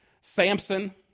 Samson